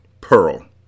Pearl